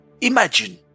Imagine